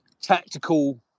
tactical